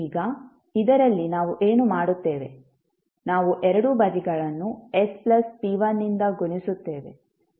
ಈಗ ಇದರಲ್ಲಿ ನಾವು ಏನು ಮಾಡುತ್ತೇವೆ ನಾವು ಎರಡೂ ಬದಿಗಳನ್ನು s ಪ್ಲಸ್ p1 ನಿಂದ ಗುಣಿಸುತ್ತೇವೆ